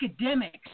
academics